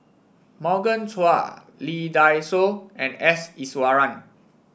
Morgan Chua Lee Dai Soh and S Iswaran